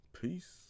Peace